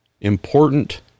important